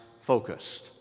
focused